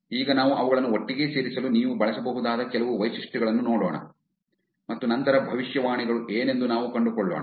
ಈಗ ನಾವು ಅವುಗಳನ್ನು ಒಟ್ಟಿಗೆ ಸೇರಿಸಲು ನೀವು ಬಳಸಬಹುದಾದ ಕೆಲವು ವೈಶಿಷ್ಟ್ಯಗಳನ್ನು ನೋಡೋಣ ಮತ್ತು ನಂತರ ಭವಿಷ್ಯವಾಣಿಗಳು ಏನೆಂದು ನಾವು ಕಂಡುಕೊಳ್ಳೋಣ